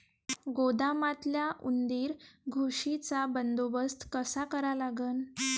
गोदामातल्या उंदीर, घुशीचा बंदोबस्त कसा करा लागन?